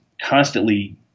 constantly